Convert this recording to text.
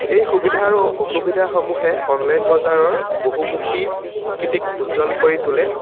এই সুবিধা আৰু অসুবিধাসমূহে অনলাইন বজাৰৰ বহুমুখী প্ৰকৃতিক উজ্জ্বল কৰি তুলে